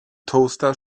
toaster